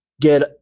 get